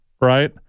right